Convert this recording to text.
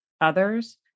others